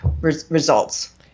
results